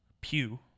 Pew